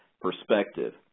perspective